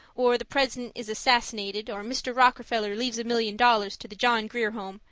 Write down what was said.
or the president is assassinated, or mr. rockefeller leaves a million dollars to the john grier home,